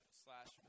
slash